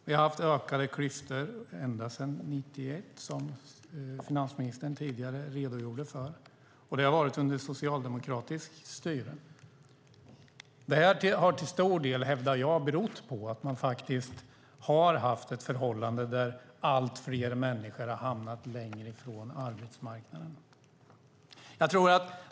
Vi har haft ökade klyftor ända sedan 1991, som finansministern tidigare redogjort för, och det har varit klyftor under socialdemokratiskt styre. Detta har, menar jag, till stor del berott på förhållandet att allt fler människor hamnat längre bort från arbetsmarknaden.